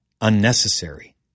unnecessary